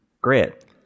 grit